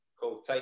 Cool